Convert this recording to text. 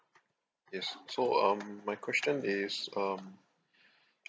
yes so um my question is um